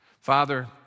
Father